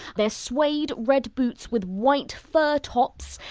they're suede red boots with white fur tops.